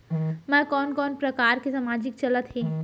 मैं कोन कोन प्रकार के सामाजिक चलत हे?